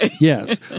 Yes